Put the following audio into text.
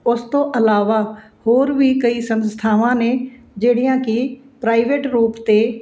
ਉਸ ਤੋਂ ਅਲਾਵਾ ਹੋਰ ਵੀ ਕਈ ਸੰਸਥਾਵਾਂ ਨੇ ਜਿਹੜੀਆਂ ਕੀ ਪ੍ਰਾਈਵੇਟ ਰੂਪ ਤੇ